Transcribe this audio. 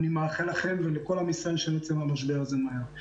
אני מאחל לכם ולכל עם ישראל שנצא מהמשבר הזה מהר.